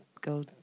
go